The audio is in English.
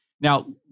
Now